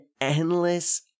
endless